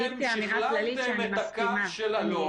אתם שכללתם את הקו של אלון,